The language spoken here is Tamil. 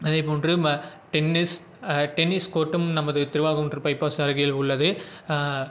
அதேபோன்று ம டென்னிஸ் டென்னிஸ் கோட்டும் நமது திருவாகுன்று பைபாஸ் அருகில் உள்ளது